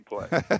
play